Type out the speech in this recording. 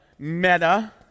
Meta